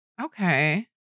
Okay